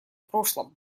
прошлом